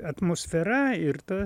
atmosfera ir ta